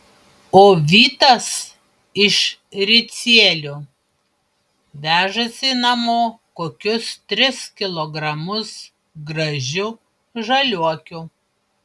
o vitas iš ricielių vežasi namo kokius tris kilogramus gražių žaliuokių